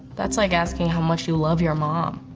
that's like asking how much you love your mom.